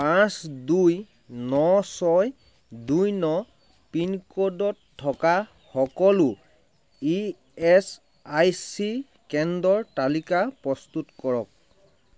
পাঁচ দুই ন ছয় দুই ন পিনক'ডত থকা সকলো ই এছ আই চি কেন্দ্ৰৰ তালিকা প্ৰস্তুত কৰক